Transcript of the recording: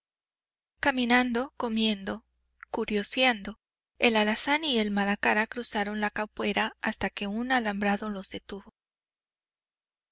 caminando comiendo curioseando el alazán y el malacara cruzaron la capuera hasta que un alambrado los detuvo